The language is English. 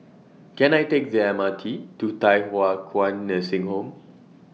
Can I Take The M R T to Thye Hua Kwan Nursing Home